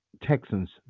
Texans